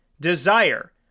desire